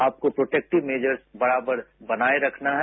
आपको protective measures बराबर बनाये रखना है